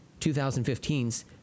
2015's